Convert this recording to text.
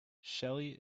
shelly